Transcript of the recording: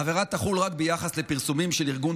העבירה תחול רק ביחס לפרסומים של ארגון